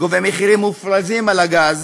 גובה מחירים מופרזים על הגז